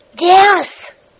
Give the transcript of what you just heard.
Yes